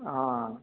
ఆ